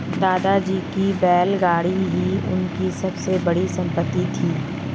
दादाजी की बैलगाड़ी ही उनकी सबसे बड़ी संपत्ति थी